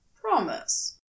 promise